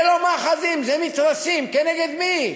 וזה לא מאחזים זה מתרסים, כנגד מי?